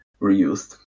reused